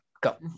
Go